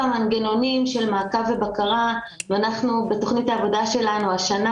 מנגנונים של מעקב ובקרה ובתכנית העבודה שלנו השנה